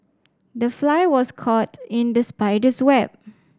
the fly was caught in the spider's web